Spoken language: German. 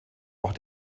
auch